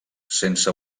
sense